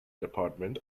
department